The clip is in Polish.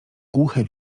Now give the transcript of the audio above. głuche